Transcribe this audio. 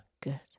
good